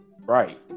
right